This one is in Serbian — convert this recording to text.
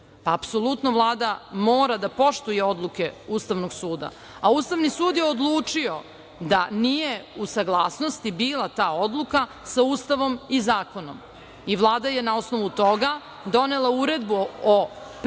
apsolutno Vlada mora da poštuje odluke Ustavnog suda, a Ustavni sud je odlučio da nije u saglasnosti bila ta odluka sa Ustavom i zakonom i Vlada je na osnovu toga donela Uredbu o primeni